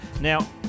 Now